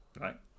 right